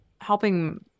helping